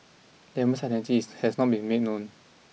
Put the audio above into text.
Lemon's identity has not been made known